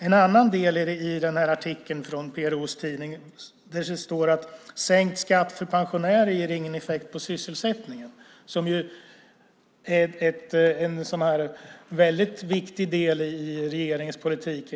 I den tidigare nämnda artikeln i PRO:s tidning sägs också att sänkt skatt för pensionärer inte ger någon effekt på sysselsättningen, som enligt finansministern ju är en viktig del i regeringens politik.